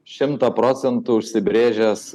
šimtą procentų užsibrėžęs